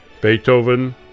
Beethoven